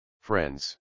Friends